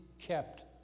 kept